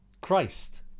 Christ